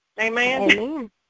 Amen